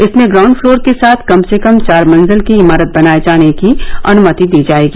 इसमें ground floor के साथ कम से कम चार मंजिल की इमारत बनाए जाने की अनुमति दी जाएगी